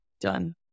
Done